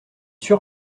sûr